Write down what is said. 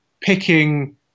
picking